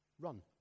run